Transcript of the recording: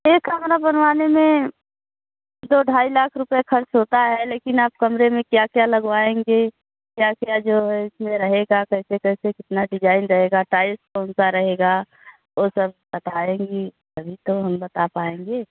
एक कमरा बनवाने में दो ढाई लाख रुपय खर्च होता है लेकिन आप कमरे में क्या क्या लगवाएँगे क्या क्या जो है इसमें रहेगा कैसे कैसे कितना डिजाइन रहेगा टाइल्स कौनसा रहेगा वो सब बताएँगी तभी तो हम बता पाएंगे